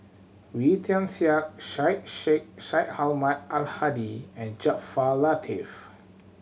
Wee Tian Siak Syed Sheikh Syed Ahmad Al Hadi and Jaafar Latiff